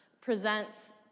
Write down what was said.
presents